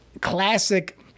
classic